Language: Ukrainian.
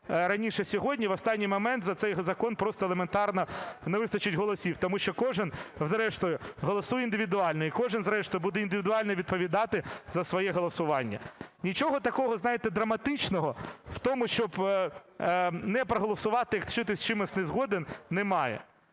раніше сьогодні, в останній момент за цей закон просто елементарно не вистачить голосів, тому що кожен, зрештою, голосує індивідуально, і кожен, зрештою, буде індивідуально відповідати за своє голосування. Нічого такого, знаєте, драматичного в тому, щоб не проголосувати, якщо ти з чимось не згоден, немає.